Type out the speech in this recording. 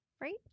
right